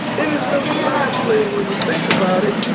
it is really side-splitting when you think about it.